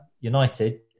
United